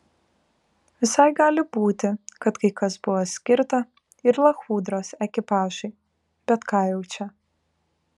visai gali būti kad kai kas buvo skirta ir lachudros ekipažui bet ką jau čia